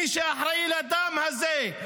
מי שאחראית לדם הזה,